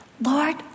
Lord